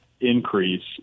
increase